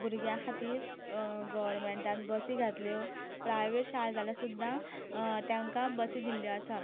भुरग्यां खातीर गवर्नमेंन्टान बसी घातल्यो प्रायवेट शाळो जाल्यार सुद्दां तेंका बसी दिल्ल्यो आसा